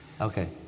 Okay